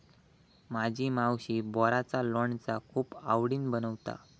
माझी मावशी बोराचा लोणचा खूप आवडीन बनवता